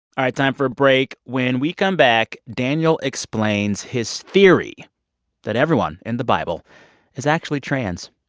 all right. time for a break. when we come back, daniel explains his theory that everyone in the bible is actually trans.